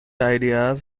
ideas